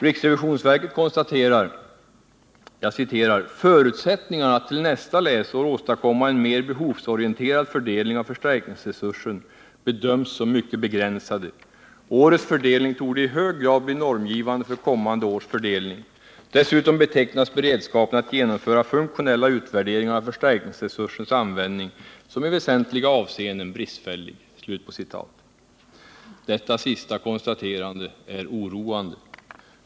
RRV konstaterar: ”Förutsättningarna att till nästa läsår åstadkomma en mer behovsorienterad fördelning av förstärkningsresursen bedöms som mycket begränsade — årets fördelning torde i hög grad bli normgivande för kommande års fördelning. Dessutom betecknas beredskapen att genomföra funktionella utvärderingar av förstärkningsresursens användning som i väsentliga avseenden bristfällig.” Detta sista konstaterande är oroande.